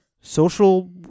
social